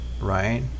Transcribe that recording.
right